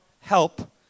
help